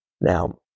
Now